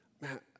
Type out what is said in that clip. Man